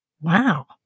Wow